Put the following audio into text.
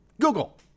Google